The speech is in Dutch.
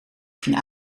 ging